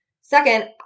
Second